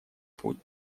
путь